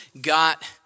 got